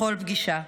בכל פגישה.